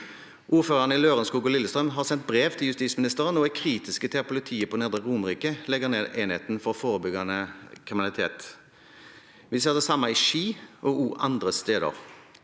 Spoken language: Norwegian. Ordførerne i Lørenskog og Lillestrøm har sendt brev til justisministeren der de er kritiske til at politiet på Nedre Romerike legger ned enheten for forebyggende kriminalitet. Vi ser det samme i Ski og andre steder.